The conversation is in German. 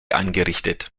eingerichtet